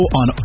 on